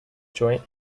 joint